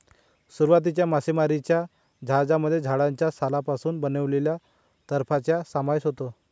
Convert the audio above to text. सुरुवातीच्या मासेमारीच्या जहाजांमध्ये झाडाच्या सालापासून बनवलेल्या तराफ्यांचा समावेश होता